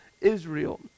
Israel